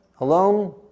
alone